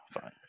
fine